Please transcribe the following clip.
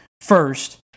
first